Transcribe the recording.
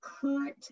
current